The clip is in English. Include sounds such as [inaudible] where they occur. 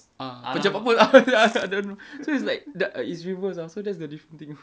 ah pejabat pos [laughs] so it's like th~ it's reverse ah so that's the different thing